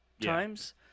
times